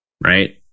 right